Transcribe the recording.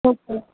okay